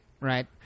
right